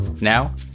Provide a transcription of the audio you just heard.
Now